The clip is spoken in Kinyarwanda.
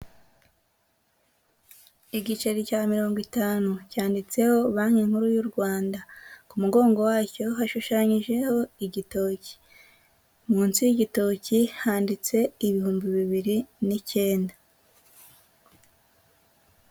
Igiceri cya mirongo itanu cyanditseho banki nkuru y'u Rwanda, ku mugongo wacyo hashushanyijeho igitoki, munsi y'igitoki handitse ibihumbi bibiri n'icyenda.